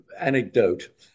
anecdote